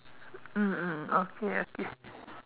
mm mm okay okay